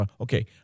Okay